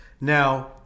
Now